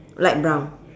light brown